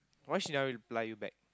why she never reply you back